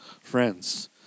friends